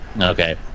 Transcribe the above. Okay